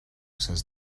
says